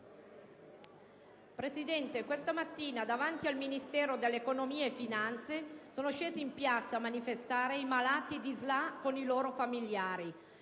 Presidente, questa mattina, davanti al Ministero dell'economia e delle finanze sono scesi in piazza a manifestare i malati di SLA con i loro familiari,